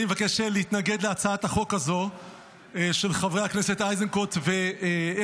אני מבקש להתנגד להצעת החוק הזאת של חברי הכנסת איזנקוט ואדלשטיין,